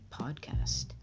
podcast